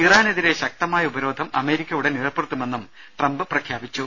ഇറാനെതിരെ ശക്തമായ ഉപരോധം അമേരിക്ക ഉടൻ ഏർപ്പെടുത്തുമെന്നും അദ്ദേഹം പ്രഖ്യാപിച്ചു